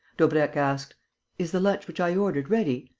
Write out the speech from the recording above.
daubrecq asked is the lunch which i ordered ready?